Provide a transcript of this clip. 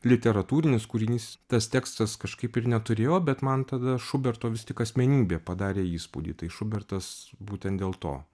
literatūrinis kūrinys tas tekstas kažkaip ir neturėjo bet man tada šuberto vis tik asmenybė padarė įspūdį tai šubertas būten dėl to